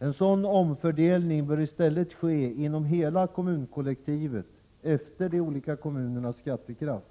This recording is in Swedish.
En sådan omfördelning bör i stället ske inom hela kommunkollektivet efter de olika kommunernas skattekraft.